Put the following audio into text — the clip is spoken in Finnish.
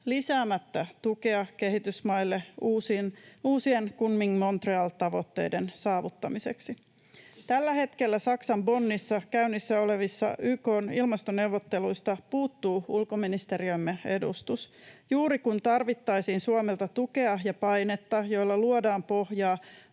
lisäämättä tukea kehitysmaille uusien Kunmingin—Montrealin tavoitteiden saavuttamiseksi. Tällä hetkellä Saksan Bonnissa käynnissä olevista YK:n ilmastoneuvotteluista puuttuu ulkoministeriömme edustus, juuri kun tarvittaisiin Suomelta tukea ja painetta, joilla luodaan pohjaa